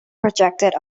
projected